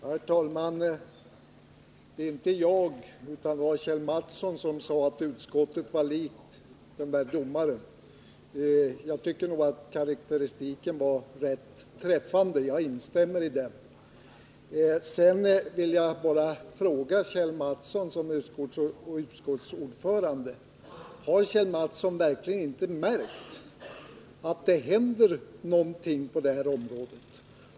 Herr talman! Det var inte jag utan Kjell Mattsson som sade att utskottet liknade den där domaren. Jag tycker nog att karaktäristiken var rätt träffande. Jag instämmer i den. Sedan vill jag bara fråga Kjell Mattsson i hans egenskap av utskottsordförande: Har Kjell Mattsson verkligen inte märkt att någonting händer på detta område?